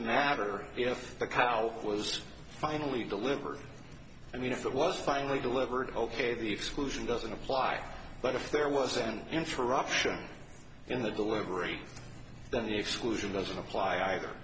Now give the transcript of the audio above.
matter if the cow was finally delivered and if it was finally delivered ok the exclusion doesn't apply but if there was an interruption in the delivery then the exclusion doesn't apply either